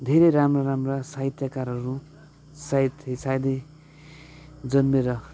धेरै राम्रा राम्रा साहित्यकारहरू सायद सायदै जन्मेर